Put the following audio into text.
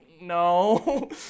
no